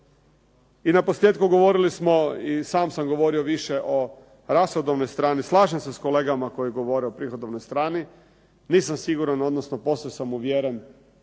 I na posljetku govorili smo i sam sam govorio više o rashodovnoj strani. Slažem se s kolegama koji govore o prihodovnoj strani. Nisam siguran odnosno posve sam uvjeren